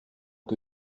que